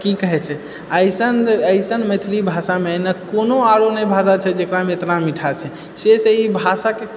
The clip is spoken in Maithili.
कि कहैछेै एइसन एइसन मैथिली भाषामे एना कोनो आरो नहि भाषा छै जकरामे इतना मीठा छै से से ई भाषाके